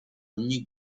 ogni